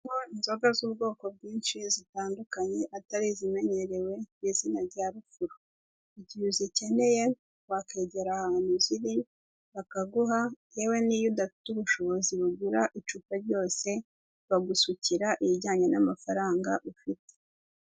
Inzoga z'ubwoko bwinshi zitandukanye atari izimenyerewe ku izina rya rufuro. Mu gihe uzikeneye wakwegera ahantu ziri bakaguha yewe n'iyo udafite ubushobozi bugura icupa ryose bagusukira ijyanye n'amafaranga ufite.